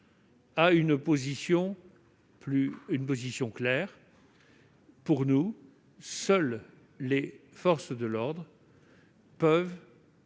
à une position claire. Pour nous, seules les forces de l'ordre peuvent